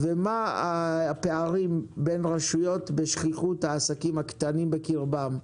מה הפערים בין רשויות בשכיחות העסקים הקטנים בקרבן,